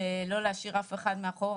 לא להשאיר אף אחד מאחור,